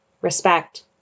Respect